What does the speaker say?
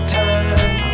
time